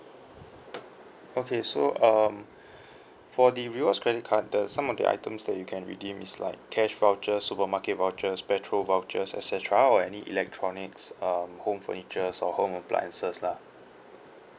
okay so um for the rewards credit card the some of the items that you can redeem is like cash voucher supermarket vouchers petrol vouchers et cetera or any electronics um home furniture's or home appliances lah